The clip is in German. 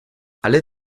alle